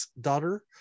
daughter